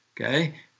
Okay